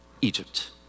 Egypt